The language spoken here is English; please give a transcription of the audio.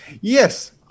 Yes